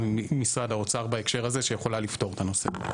ממשרד האוצר בהקשר הזה שיכולה לפתור את הנושא.